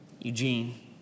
Eugene